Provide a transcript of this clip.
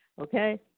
okay